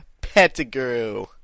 Pettigrew